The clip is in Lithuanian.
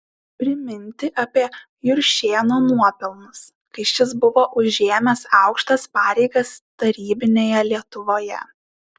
priminti apie juršėno nuopelnus kai šis buvo užėmęs aukštas pareigas tarybinėje lietuvoje